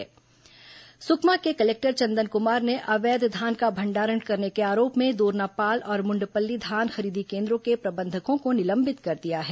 सुकमा के कलेक्टर चंदन कुमार ने अवैध धान का भंडारण करने के आरोप में दोरनापाल और मुंडपल्ली धान खरीदी केंद्रों के प्रबंधकों को निलंबित कर दिया है